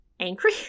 angry